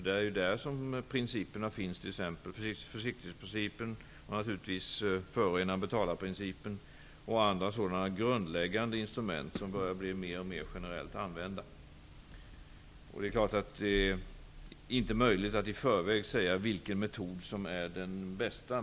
Det är där som principerna finns, t.ex. försiktighetsprincipen, naturligtvis förorena-betala-principen och andra sådana grundläggande instrument, som börjar bli mer och mer generellt använda. Det är klart att det inte är möjligt att i förväg säga vilken metod som är den bästa.